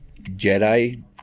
Jedi